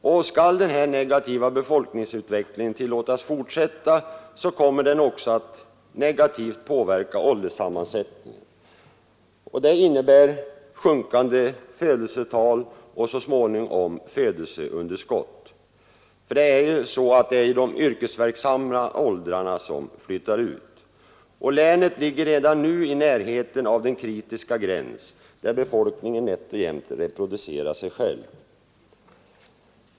Och skall den här negativa befolkningsutvecklingen tillåtas fortsätta, så kommer den också att negativt påverka ålderssammansättningen. Det innebär sjunkande födelsetal och så småningom födelseunderskott; det är ju människor i de yrkesverksamma åldrarna som flyttar ut. Länet ligger redan nu i närheten av den kritiska gräns där befolkningen nätt och jämnt reproducerar sig själv.